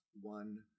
one